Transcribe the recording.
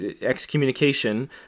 excommunication